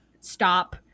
stop